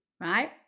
right